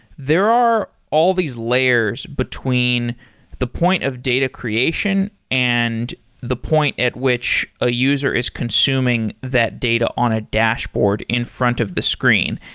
there are all these layers between the point of data creation and the point at which a user is consuming that data on a dashboard in front of the screen.